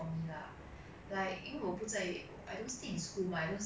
very time consuming I could have do be doing better things lah